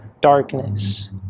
darkness